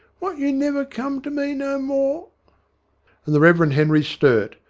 won't you never come to me no more and the reverend henry sturt,